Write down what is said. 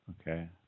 Okay